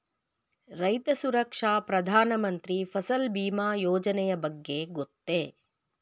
ರೈತ ಸುರಕ್ಷಾ ಪ್ರಧಾನ ಮಂತ್ರಿ ಫಸಲ್ ಭೀಮ ಯೋಜನೆಯ ಬಗ್ಗೆ ಗೊತ್ತೇ?